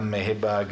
גם היבה יזבק,